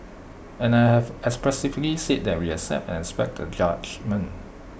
and I have expressively said that we accept and respect the judgement